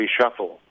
reshuffle